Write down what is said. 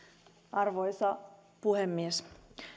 arvoisa puhemies